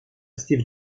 steve